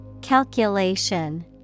Calculation